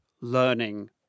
learning